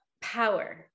power